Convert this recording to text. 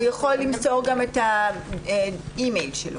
הוא יכול למסור גם האי-מייל שלו.